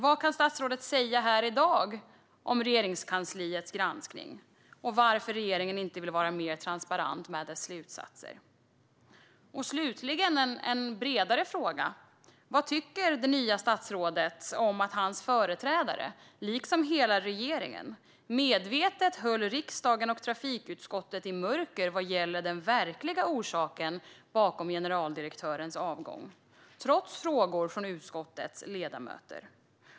Vad kan statsrådet säga i dag om Regeringskansliets granskning och varför regeringen inte vill vara mer transparent med dess slutsatser? Jag har slutligen en bredare fråga. Vad tycker det nya statsrådet om att hans företrädare, liksom hela regeringen, medvetet höll riksdagen och trafikutskottet i mörker vad gäller den verkliga orsaken bakom generaldirektörens avgång, trots frågor från utskottets ledamöter?